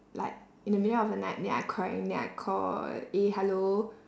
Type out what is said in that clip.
like in the middle of the night then I crying then I call eh hello